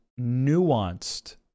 nuanced